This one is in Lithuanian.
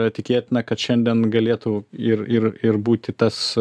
tikėtina kad šiandien galėtų ir ir ir būti tas